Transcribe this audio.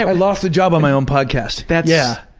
and lost the job on my own podcast. yeah. yeah.